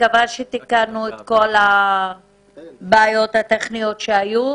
אני מקווה שתיקנו את כל הבעיות הטכניות שהיו.